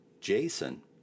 Jason